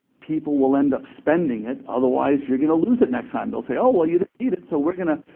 people will end up spending it. otherwise you're going to lose it next time. they'll say, oh, well you didn't need it so we're going to.